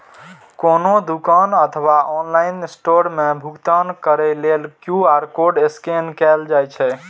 कोनो दुकान अथवा ऑनलाइन स्टोर मे भुगतान करै लेल क्यू.आर कोड स्कैन कैल जाइ छै